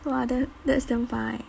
!wah! that that's damn far eh